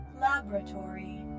Laboratory